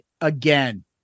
again